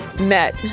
Met